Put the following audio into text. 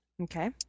Okay